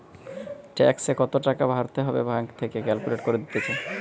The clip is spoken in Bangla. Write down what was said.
ট্যাক্সে কত টাকা ভরতে হবে ব্যাঙ্ক থেকে ক্যালকুলেট করে দিতেছে